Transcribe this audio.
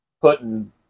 putting